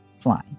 flying